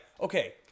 okay